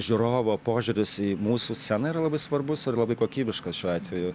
žiūrovo požiūris į mūsų sceną yra labai svarbus ir labai kokybiškas šiuo atveju